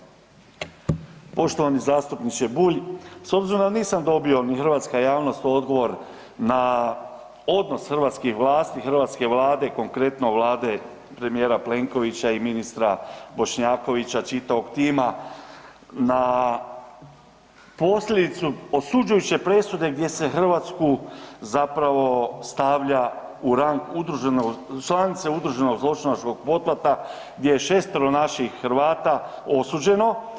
Poštovani zastupniče Bulj, s obzirom da nisam dobio ni hrvatska javnost odgovor na odnos hrvatskih vlasti, hrvatske Vlade, konkretno Vlade premijera Plenkovića i ministra Bošnjakovića čitavog tima na posljedicu osuđujuće presude gdje se Hrvatsku zapravo stavlja u rang članice udruženog zločinačkog pothvata gdje je šestero naših Hrvata osuđeno.